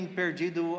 perdido